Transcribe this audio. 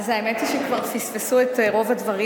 אז האמת היא שכבר פספסו את רוב הדברים.